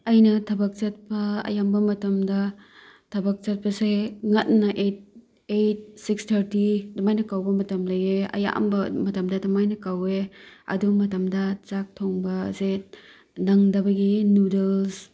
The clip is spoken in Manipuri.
ꯑꯩꯅ ꯊꯕꯛ ꯆꯠꯄ ꯑꯌꯥꯝꯕ ꯃꯇꯝꯗ ꯊꯕꯛ ꯆꯠꯄꯁꯦ ꯉꯟꯅ ꯑꯩꯠ ꯑꯩꯠ ꯁꯤꯛꯁ ꯊꯥꯔꯇꯤ ꯑꯗꯨꯃꯥꯏꯅ ꯀꯧꯕ ꯃꯇꯝ ꯂꯩꯑꯦ ꯑꯌꯥꯝꯕ ꯃꯇꯝꯗ ꯑꯗꯨꯃꯥꯏꯅ ꯀꯧꯑꯦ ꯑꯗꯨ ꯃꯇꯝꯗ ꯆꯥꯛ ꯊꯣꯡꯕꯁꯦ ꯅꯪꯗꯕꯒꯤ ꯅꯨꯗꯜꯁ